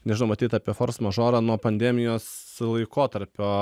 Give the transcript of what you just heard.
nežinau matyt apie fors mažorą nuo pandemijos laikotarpio